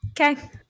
Okay